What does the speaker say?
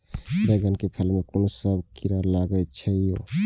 बैंगन के फल में कुन सब कीरा लगै छै यो?